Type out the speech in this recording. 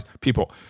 people